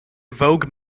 vogue